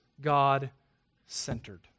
God-centered